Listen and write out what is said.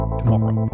tomorrow